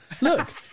look